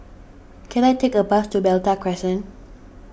can I take a bus to Malta Crescent